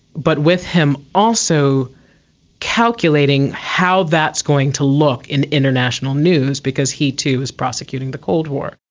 but with him also calculating how that's going to look in international news because he too was prosecuting the cold war.